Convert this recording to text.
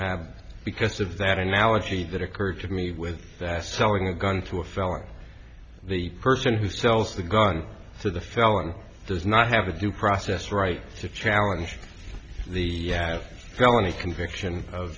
way because of that analogy that occurred to me with selling a gun to a felon the person who sells the gun to the felon does not have a due process right to challenge the felony conviction of